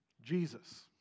Jesus